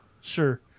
sure